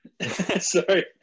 Sorry